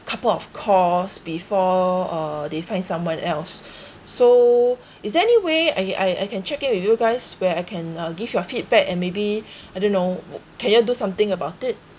couple of calls before uh they find someone else so is there any way I I I can check in with you guys where I can uh give you a feedback and maybe I don't know can you all do something about it